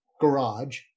garage